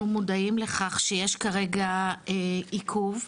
אנחנו מודעים לכך שיש כרגע עיכוב,